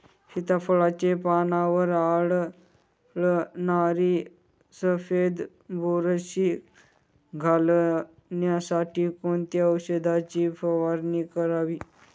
सीताफळाचे पानांवर आढळणारी सफेद बुरशी घालवण्यासाठी कोणत्या औषधांची फवारणी करावी?